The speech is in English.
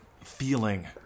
feeling